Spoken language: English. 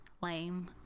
lame